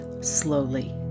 slowly